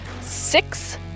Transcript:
six